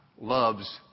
loves